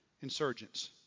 insurgents